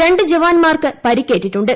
രണ്ട് ജവാന്മാർക്ക് പരിക്കേറ്റിട്ടുണ്ട്